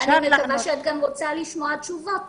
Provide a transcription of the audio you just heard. שאפשר לענות --- אני מבינה שאת גם רוצה לשמוע תשובות פשוטות.